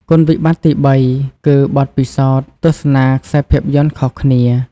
គុណវិបត្តិទីបីគឺ បទពិសោធន៍ទស្សនាខ្សែភាពយន្តខុសគ្នា។